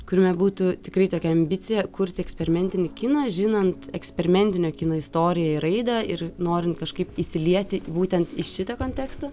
kuriame būtų tikrai tokia ambicija kurti eksperimentinį kiną žinant eksperimentinio kino istorijoje raidą ir norint kažkaip išsilieti būtent iš šito konteksto